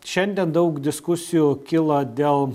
šiandien daug diskusijų kilo dėl